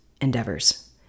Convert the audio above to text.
endeavors